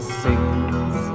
sings